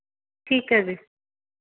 ਠੀਕ ਹੈ ਜੀ